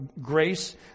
grace